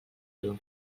dur